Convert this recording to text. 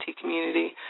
community